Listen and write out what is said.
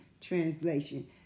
translation